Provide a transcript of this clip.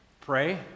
pray